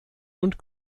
und